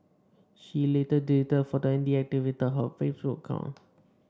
she later deleted the photo and deactivated her Facebook account